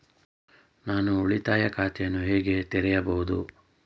ನಾನು ಉಳಿತಾಯ ಖಾತೆಯನ್ನು ಹೇಗೆ ತೆರೆಯುವುದು?